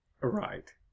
Right